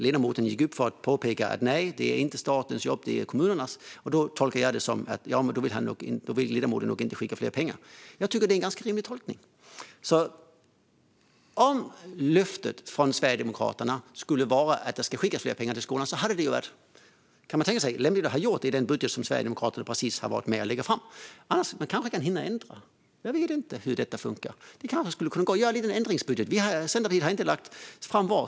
Ledamoten gick upp för att påpeka att detta inte är statens utan kommunernas jobb, vilket jag tolkade som att ledamoten nog inte vill skicka mer pengar. Jag tycker att det är en ganska rimlig tolkning. Om löftet från Sverigedemokraterna skulle ha varit att det ska skickas mer pengar till skolan kunde man ju ha tänkt sig att detta skulle ha gjorts i den budget som Sverigedemokraterna precis har varit med om att lägga fram. Annars kan de kanske hinna ändra det - jag vet inte hur detta funkar. Det kanske skulle kunna gå att göra en liten ändringsbudget. Centerpartiet har inte lagt fram sin.